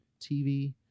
TV